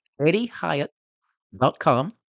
eddiehyatt.com